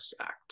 act